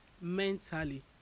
mentally